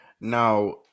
Now